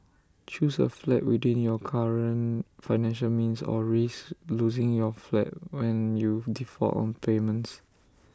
choose A flat within your current financial means or risk losing your flat when you default on payments